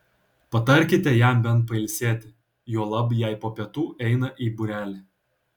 patarkite jam bent pailsėti juolab jei po pietų eina į būrelį